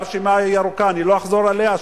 הרשימה ארוכה, ואני לא אחזור עליה.